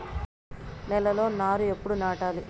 నేలలో నారు ఎప్పుడు నాటాలి?